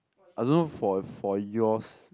I don't know for for yours